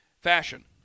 Fashion